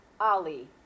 Ali